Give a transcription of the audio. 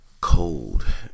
cold